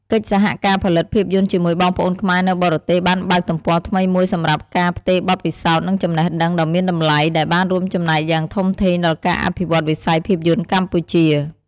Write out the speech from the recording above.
កិច្ចសហការផលិតភាពយន្តជាមួយបងប្អូនខ្មែរនៅបរទេសបានបើកទំព័រថ្មីមួយសម្រាប់ការ ផ្ទេរបទពិសោធន៍ និងចំណេះដឹង ដ៏មានតម្លៃ ដែលបានរួមចំណែកយ៉ាងធំធេងដល់ការអភិវឌ្ឍវិស័យភាពយន្តកម្ពុជា។